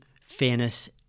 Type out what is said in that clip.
fairness